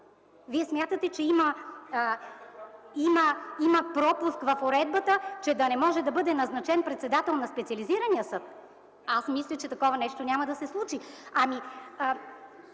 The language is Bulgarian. Вие смятате, че има пропуск в уредбата, че да не може да бъде назначен председател на специализирания съд ли? Аз мисля, че такова нещо няма да се случи.